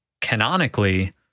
canonically